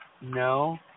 No